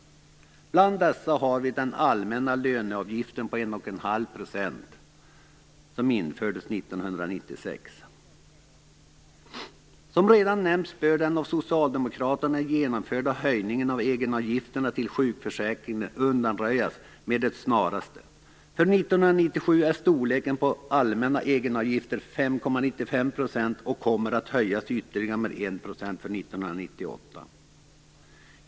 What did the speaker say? Bland dessa har vi den allmänna löneavgiften på 1,5 % som infördes 1996. Som redan nämnts bör den av Socialdemokraterna genomförda höjningen av egenavgifterna till sjukförsäkringen undanröjas med det snaraste. För 1997 är storleken på allmänna egenavgifter 5,95 % och kommer att höjas med ytterligare 1 % för 1998.